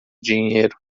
dinheiro